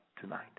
tonight